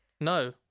no